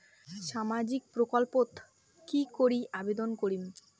সামাজিক প্রকল্পত কি করি আবেদন করিম?